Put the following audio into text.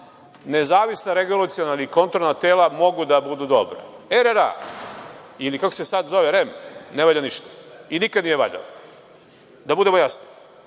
nezavisna regulaciona i kontrolna tela mogu da budu dobra. Dakle, RRA ili kako se sad zove REM ne valja ništa i nikad nije valjao. Da budemo jasni,